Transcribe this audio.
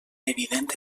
evident